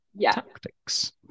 tactics